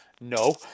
no